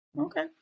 Okay